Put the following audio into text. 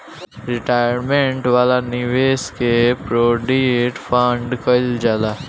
retirement वाला निवेश के प्रोविडेंट फण्ड कहल जाला